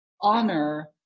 honor